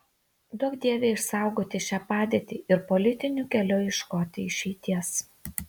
duok dieve išsaugoti šią padėtį ir politiniu keliu ieškoti išeities